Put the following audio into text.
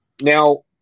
Now